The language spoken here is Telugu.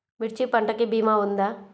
మిర్చి పంటకి భీమా ఉందా?